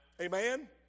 Amen